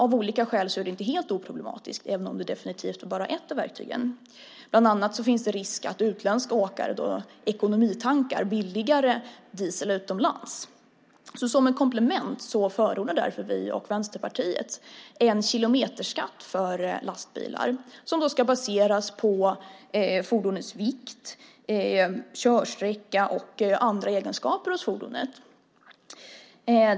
Av olika skäl är det inte helt oproblematiskt, och det är definitivt bara ett av verktygen. Bland annat finns det risk att utländska åkare ekonomitankar billigare diesel utomlands. Som ett komplement förordar därför vi och Vänsterpartiet en kilometerskatt för lastbilar som då ska baseras på fordonets vikt, körsträcka och andra egenskaper hos fordonet.